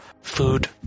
food